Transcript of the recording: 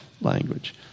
language